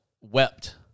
wept